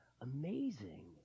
amazing